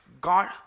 God